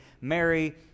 Mary